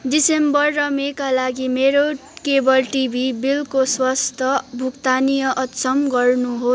दिसम्बर र मे का लागि मेरो केबल टिभी बिलको स्वस्त भुक्तानी अक्षम गर्नुहोस्